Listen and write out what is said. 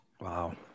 Wow